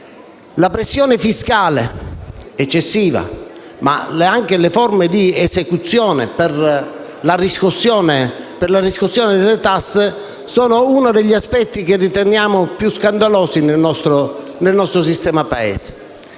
La pressione fiscale eccessiva, ma anche le forme di esecuzione per la riscossione delle tasse sono uno degli aspetti che riteniamo più scandalosi del nostro sistema Paese.